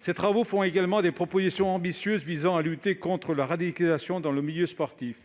ces travaux comportent des propositions ambitieuses visant à lutter contre la radicalisation dans le milieu sportif.